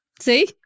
see